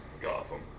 Gotham